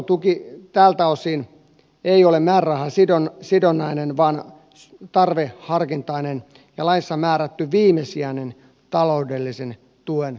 toimeentulotuki tältä osin ei ole määrärahasidonnainen vaan tarveharkintainen ja laissa määrätty viimesijainen taloudellisen tuen muoto